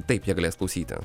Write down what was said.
taip jie galės klausyti